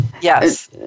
Yes